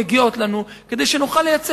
מגיעים לנו כדי שנוכל לייצר.